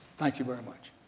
thank you very much.